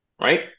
right